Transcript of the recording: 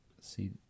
see